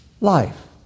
life